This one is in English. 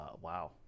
wow